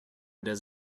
does